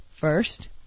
first